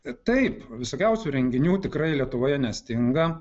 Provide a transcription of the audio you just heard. taip visokiausių renginių tikrai lietuvoje nestinga